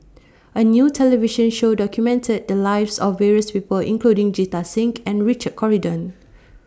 A New television Show documented The Lives of various People including Jita think and Richard Corridon